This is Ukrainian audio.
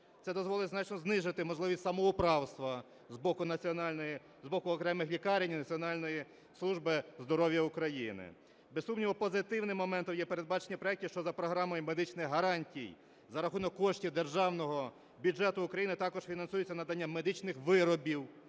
Це дозволить значно знизити можливість самоуправства з боку окремих лікарень і Національної служби здоров'я України. Без сумніву, позитивним моментом є передбачення проектів, що за програмою медичних гарантій за рахунок коштів державного бюджету України також фінансується надання медичних виробів,